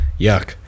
yuck